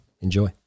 Enjoy